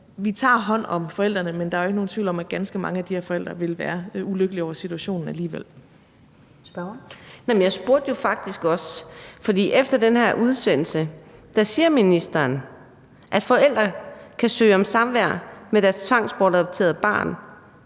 vi tager hånd om forældrene, men der er ikke nogen tvivl om, at ganske mange af de her forældre vil være ulykkelige over situationen alligevel. Kl. 15:35 Første næstformand (Karen Ellemann): Spørgeren. Kl. 15:35 Karina Adsbøl (DF): Efter den her udsendelse siger ministeren, at forældre kan søge om samvær med deres tvangsbortadopterede barn.